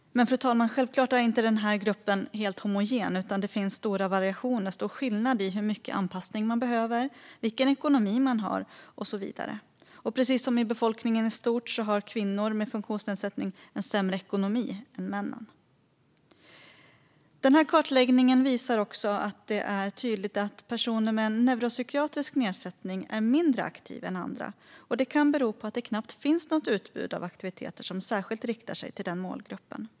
Fru talman! Självklart är denna grupp inte helt homogen. Det finns förstås variationer och stora skillnader när det gäller hur mycket anpassning man behöver, vilken ekonomi man har och så vidare. Precis som i befolkningen i stort har kvinnor med funktionsnedsättning en sämre ekonomi än män. Kartläggningen visar också tydligt att personer med en neuropsykiatrisk nedsättning är mindre aktiva än andra, och det kan bero på att det knappt finns något utbud av aktiviteter som särskilt riktar sig till den målgruppen.